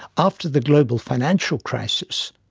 after the global financial crisis,